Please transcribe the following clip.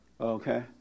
Okay